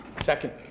second